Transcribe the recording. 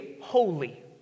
holy